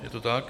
Je to tak?